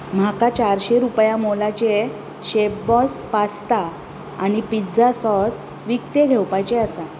म्हाका चारशी रुपया मोलाचें शेफ बॉस पास्ता आनी पिझ्झा सॉस विकतें घेवपाचें आसा